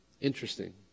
Interesting